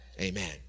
amen